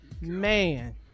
Man